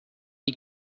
die